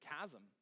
chasm